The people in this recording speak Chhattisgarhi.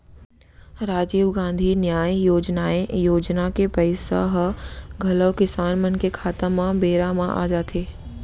राजीव गांधी न्याय योजनाए योजना के पइसा ह घलौ किसान मन के खाता म बेरा म आ जाथे